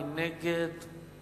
מי נגד?